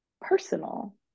personal